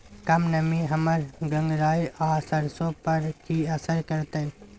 कम नमी हमर गंगराय आ सरसो पर की असर करतै?